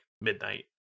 midnight